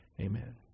Amen